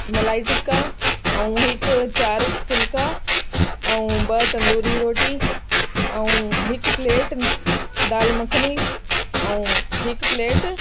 मलाई टिक्का ऐं हिकु चारि फुल्का ऐं ॿ तंदूरी रोटी ऐं हिकु प्लेट दालि मखनी ऐं हिकु प्लेट